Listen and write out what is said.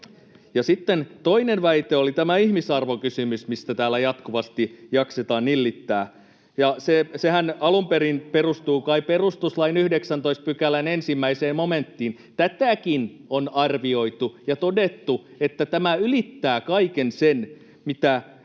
Sitten toinen väite oli tämä ihmisarvokysymys, mistä täällä jatkuvasti jaksetaan nillittää. Sehän alun perin perustuu kai perustuslain 19 §:n 1 momenttiin. Tätäkin on arvioitu ja todettu, että tämä ylittää kaiken sen, mitä